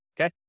okay